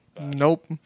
Nope